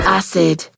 acid